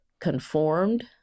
conformed